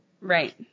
Right